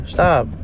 Stop